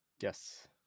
Yes